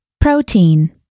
Protein